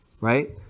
right